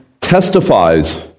testifies